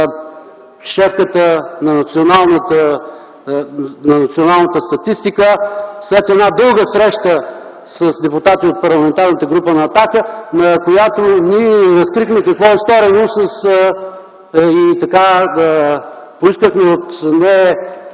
шефката на националната статистика след една дълга среща с депутати от Парламентарната група на „Атака”, на която ние й разкрихме какво е сторено и поискахме от нея